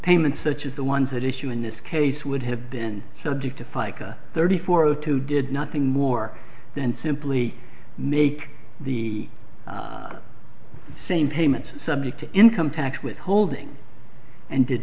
payments such as the ones that issue in this case would have been subject to fica thirty four zero two did nothing more than simply make the same payments and subject to income tax withholding and did